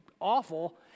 awful